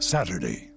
Saturday